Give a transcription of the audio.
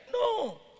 No